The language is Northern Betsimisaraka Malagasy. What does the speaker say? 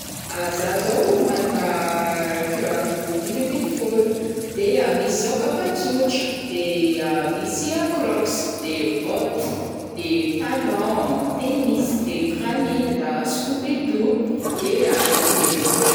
zah zao o managna kiraro dimy ambiny fôlo, de misy zao o kapa tsotra, de misy crocks, de bottes, de talons, tennis, de kiranila a, scoubidou, de aigle d'or.